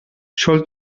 sol